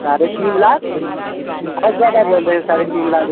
ساڑھے تین لاکھ بہت زیادہ بول رہے ہیں ساڑھے تین لاکھ